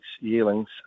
yearlings